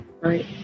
Right